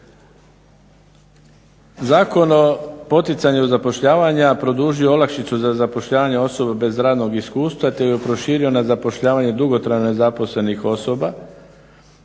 Zakon o poticanju zapošljavanja produžio je olakšicu za zapošljavanje osoba bez radnog iskustva te ju je proširio na zapošljavanje dugotrajno nezaposlenih osoba.